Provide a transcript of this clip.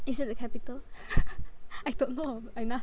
is it the capital I don't know enough